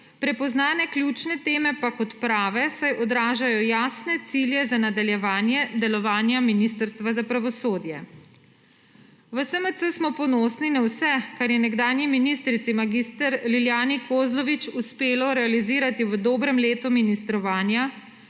prepoznane kljune teme pa kot prave, saj odražajo jasne cilje za nadaljevanje delovanja ministrstva za pravosodje. V SMC smo ponosni na vse kar je nekdanji ministrici mag. Lilijani Kozlovič uspelo realizirati v dobrem letu ministrovanja,